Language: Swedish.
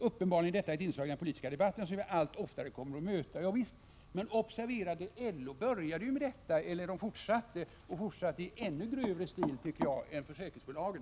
Uppenbarligen är detta ett inslag i den politiska debatten som vi allt oftare kommer att få möta.” Ja visst, men observera att LO fortsatte med detta, och i ännu grövre stil, tycker jag, än försäkringsbolagen.